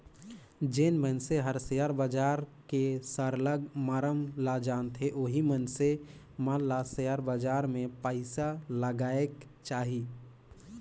जेन मइनसे हर सेयर बजार के सरलग मरम ल जानथे ओही मइनसे मन ल सेयर बजार में पइसा लगाएक चाही